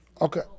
Okay